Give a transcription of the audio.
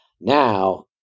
now